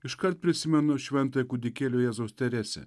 iškart prisimenu šventąją kūdikėlio jėzaus teresę